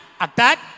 attack